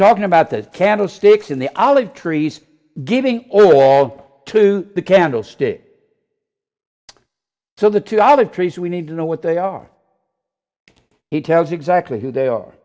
talking about the candlesticks in the olive trees giving all to the candlestick so the two olive trees we need to know what they are he tells exactly who they are